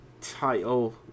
title